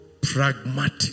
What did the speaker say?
pragmatic